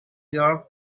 your